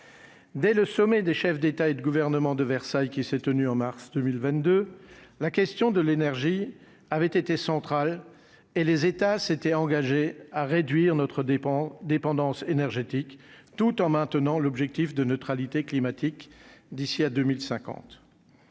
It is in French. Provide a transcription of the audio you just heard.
dès le sommet des chefs d'État et de gouvernement de Versailles qui s'est tenu en mars 2022, la question de l'énergie avait été centrale et les États s'étaient engagés à réduire notre dépend dépendance énergétique tout en maintenant l'objectif de neutralité climatique d'ici à 2050